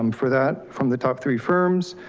um for that, from the top three firms.